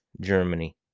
Germany